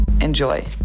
enjoy.「